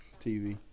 TV